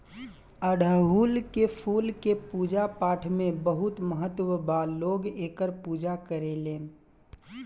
अढ़ऊल के फूल के पूजा पाठपाठ में बहुत महत्व बा लोग एकर पूजा करेलेन